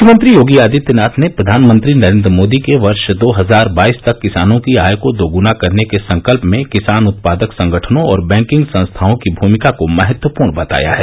मुख्यमंत्री योगी आदित्यनाथ ने प्रधानमंत्री नरेंद्र मोदी के वर्ष दो हजार बाईस तक किसानों की आय को दोगुना करने के संकल्प में किसान उत्पादक संगठनों और बैंकिंग संस्थाओं की भूमिका को महत्वपूर्ण बताया है